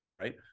right